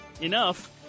enough